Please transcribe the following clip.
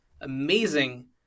amazing